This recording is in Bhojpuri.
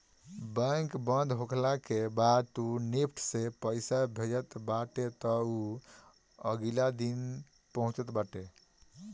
बैंक बंद होखला के बाद तू निफ्ट से पईसा भेजत बाटअ तअ उ अगिला दिने पहुँचत बाटे